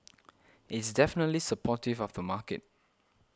it's definitely supportive of the market